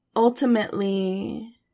ultimately